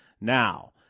Now